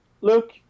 look